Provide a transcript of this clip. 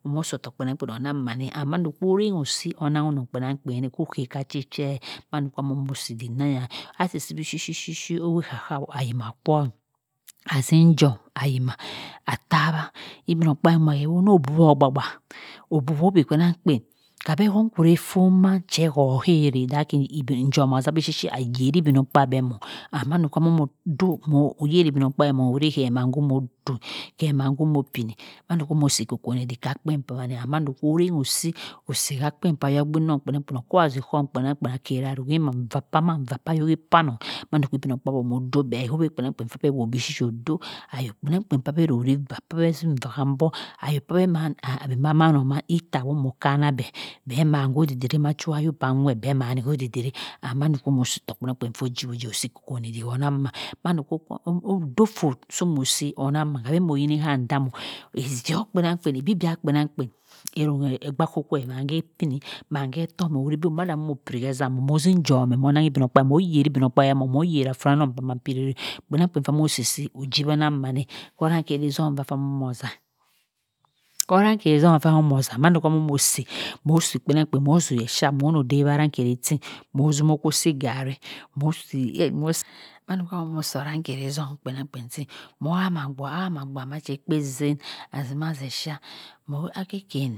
Nwa kpenamkpen osohm otohk onangho mane and mand oruhu si onangho kpenamkpen okeh ha che chee mando amoh siiddhk danyah ah si si si oweh okho kha oh ayina kwo azin jona ayomah ah tawah igbimogkabi keh wuno buwoh ogbang bang obuwo igbi kpenamkpen abeh hu kwe formahd che ho hirarek dho aki njom a sah bishi bishi ayerim igbimogkpaabi emong and mando omomo doh oyeri igbimogkabi ohuri he mlian doh he mhan lomoh pineh mando kho mo si ikokori iddite kha kpen kwaman eh and mando oremo si osi ha kpen oya-gbin nongh kpenangkpen okoh wazi khon kpenangkpen akerah ahuri mhan vah kpaman vah kha yoho kpanong mhando igbimogkpaabi omoh doh beh ohowi kpenamkpen abeh woh meh bi shi oddohk ayo kpenamkpen abeh rori vah faa beh zini vah lam buck ayo aseh amanoman itta omoh canabeh beh mani codidiri macha ayo hanwhet beh mani hodidiri and mando omoh si otohk pkenamkpen koh jiwo jiwi osi ikonkon di onang man mhan do odoh folh omoh si onang mhan cam bi moh yini ham dam oo ijow kpenamkpen ibi bia kpenamkpen arunghi ekbakor per mhan ho pinni mhan he temmoh ohuribo manda amoh piri hezam momo zinjom moh naghi igbimogkpaabi moh yeri afranong shaman hirarek kpenamkpen amoh si si ojiwa nang mhanekuh orannkheri zom amoh zah kho orannkheri zom amoh omoh zha mando amo moh si moh si kpen nankpen moh zihe cha monoh deweh arankheri tin mozimo ko si garri mando amoh si arangheri zom kpenangkpen tin moha mah adua mache ekpewa ziem azima aze sha bong akre kien